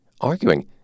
arguing